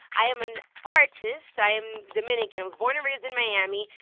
i am an artist. i am dominican. i was born and raised in miami.